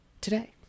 today